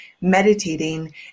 meditating